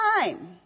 time